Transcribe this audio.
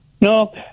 No